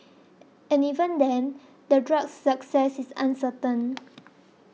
and even then the drug's success is uncertain